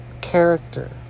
character